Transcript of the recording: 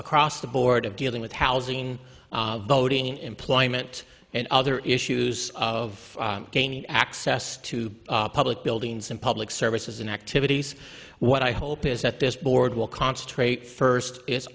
across the board of dealing with housing voting employment and other issues of gaining access to public buildings and public services and activities what i hope is that this board will concentrate first is